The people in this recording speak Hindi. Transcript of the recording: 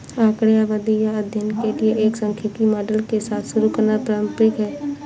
आंकड़े आबादी या अध्ययन के लिए एक सांख्यिकी मॉडल के साथ शुरू करना पारंपरिक है